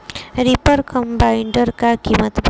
Reaper combiner का किमत बा?